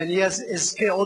שאני אזכה,